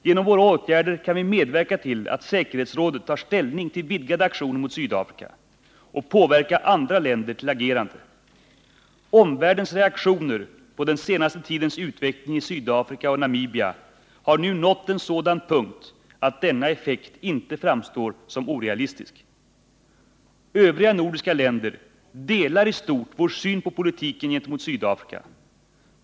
Genom våra åtgärder kan vi medverka till att säkerhetsrådet tar ställning till vidgade aktioner mot Sydafrika och påverka andra länder till agerande. Omvärldens reaktioner på den senaste tidens utveckling i Sydafrika och Namibia har nu nått en sådan punkt att denna effekt inte framstår som orealistisk. Övriga nordiska länder delar i stort sett vår syn på politiken gentemot Sydafrika.